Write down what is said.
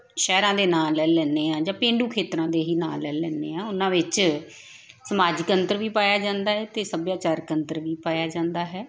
ਸ਼ਹਿਰਾਂ ਦੇ ਨਾਂ ਲੈ ਲੈਂਦੇ ਹਾਂ ਜਾਂ ਪੇਂਡੂ ਖੇਤਰਾਂ ਦੇ ਹੀ ਨਾਂ ਲੈ ਲੈਂਦੇ ਹਾਂ ਉਹਨਾਂ ਵਿੱਚ ਸਮਾਜਿਕ ਅੰਤਰ ਵੀ ਪਾਇਆ ਜਾਂਦਾ ਹੈ ਅਤੇ ਸੱਭਿਆਚਾਰਕ ਅੰਤਰ ਵੀ ਪਾਇਆ ਜਾਂਦਾ ਹੈ